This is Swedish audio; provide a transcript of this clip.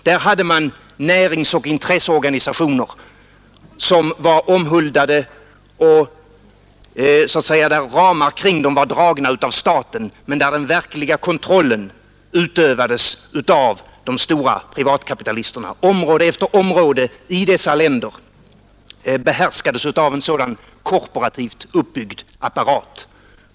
Där hade man näringsoch intresseorganisationer som var omhuldade och där så att säga ramar kring dem var dragna av staten, men den där verkliga kontrollen utövades av de stora privatkapitalisterna. Område efter område i dessa länder behärskades av en sådan korporativt uppbyggd apparat.